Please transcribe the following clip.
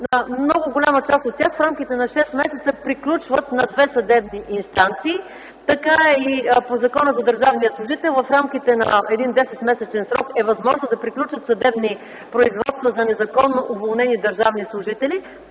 много голяма част от тях в рамките на шест месеца приключват на две съдебни инстанции. Така е и по Закона за държавния служител – в рамките на 10-месечен срок е възможно да приключат съдебни производства за незаконно уволнени държавни служители.